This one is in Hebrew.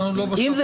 אם זה